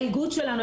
האיגוד שלנו,